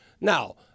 Now